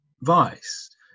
vice